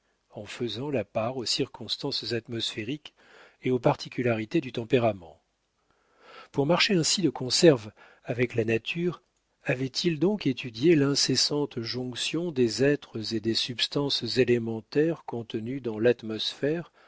en faisant la part aux circonstances atmosphériques et aux particularités du tempérament pour marcher ainsi de conserve avec la nature avait-il donc étudié l'incessante jonction des êtres et des substances élémentaires contenues dans l'atmosphère